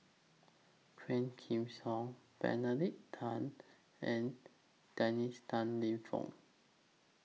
Quah Kim Song Benedict Tan and Dennis Tan Lip Fong